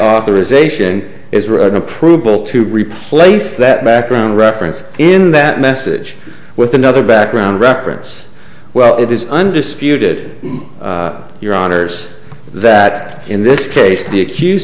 authorization is for an approval to replace that background reference in that message with another background reference well it is undisputed your honour's that in this case the accused